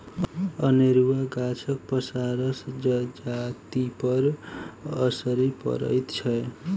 अनेरूआ गाछक पसारसँ जजातिपर असरि पड़ैत छै